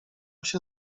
się